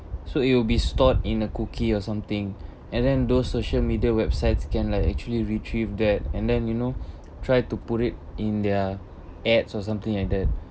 so it will be stored in a cookie or something and then those social media websites can like actually retrieve that and then you know try to put it in their ads or something like that